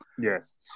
yes